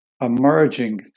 emerging